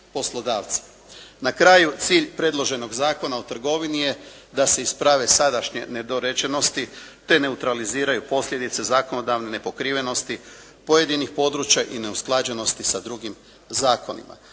Na kraju, cilj predloženog Zakona o trgovini je da se isprave dosadašnje nedorečenosti te neutraliziraju posljedice zakonodavne nepokrivenosti pojedinih područja i neusklađenosti sa drugim zakonima.